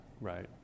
right